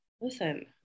Listen